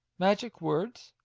magic words!